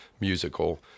musical